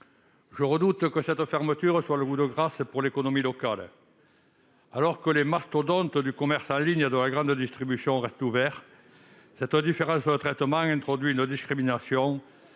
Je redoute que cette fermeture ne représente le coup de grâce pour l'économie locale. Alors que les mastodontes du commerce en ligne et de la grande distribution restent ouverts, cette différence de traitement introduit une discrimination.